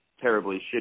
Terribly